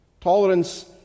Tolerance